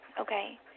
Okay